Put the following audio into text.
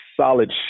solid